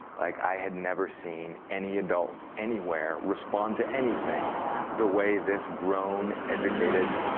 like i had never seen any adult anywhere respond to anything the way this grown, educated,